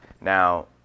Now